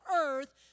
earth